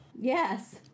Yes